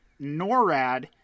NORAD